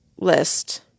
list